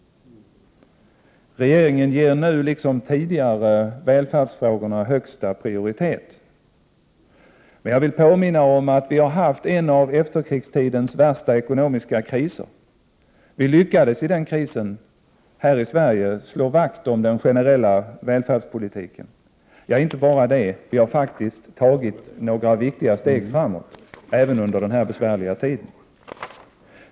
Regeringen ger nu liksom tidigare välfärdsfrågorna högsta prioritet, men jag vill påminna om att vi har haft en av efterkrigstidens värsta ekonomiska kriser. I Sverige lyckades vi under den krisen slå vakt om den generella välfärdspolitiken. Och inte bara det — vi har faktiskt tagit några viktiga steg framåt även under den här besvärliga tiden.